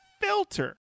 filter